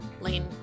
Lane